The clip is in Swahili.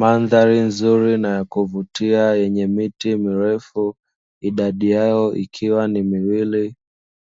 Mandhari nzuri na ya kuvutia yenye miti mirefu (idadi yao ikiwa ni miwili),